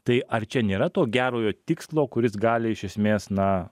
tai ar čia nėra to gerojo tikslo kuris gali iš esmės na